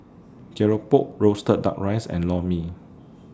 Keropok Roasted Duck Rice and Lor Mee